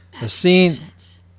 Massachusetts